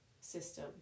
system